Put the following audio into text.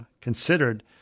considered